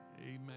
amen